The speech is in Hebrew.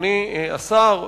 אדוני השר,